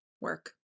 work